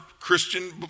Christian